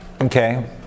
Okay